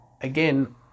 again